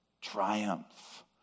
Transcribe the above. triumph